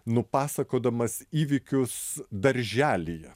nupasakodamas įvykius darželyje